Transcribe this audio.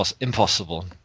impossible